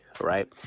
right